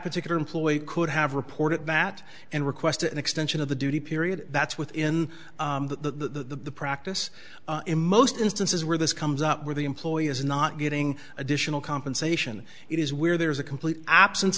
particular employee could have reported that and requested an extension of the duty period that's within the practice in most instances where this comes up where the employee is not getting additional compensation it is where there is a complete absence